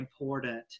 important